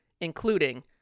including